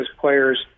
players